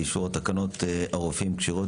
על אישור הצעת תקנות הרופאים (כשירויות